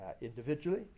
individually